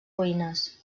ruïnes